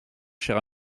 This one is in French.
cher